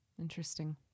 interesting